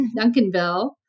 Duncanville